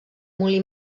molí